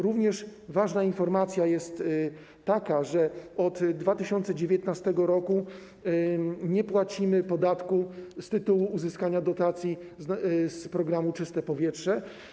Również ważna informacja jest taka, że od 2019 r. nie płacimy podatku z tytułu uzyskania dotacji z programu „Czyste powietrze”